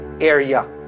area